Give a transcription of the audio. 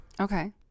okay